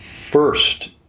first